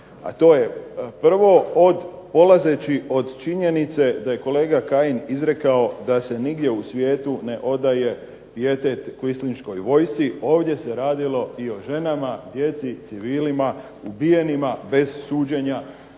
a to je prvo od, polazeći od činjenice da je kolega Kajin izrekao da se nigdje u svijetu ne odaje pijetet … /Govornik se ne razumije./… ovdje se radilo i o ženama, djeci, civilima, ubijenima bez suđenja,